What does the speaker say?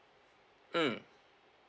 mm